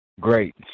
Great